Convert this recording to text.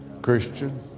Christian